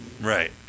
Right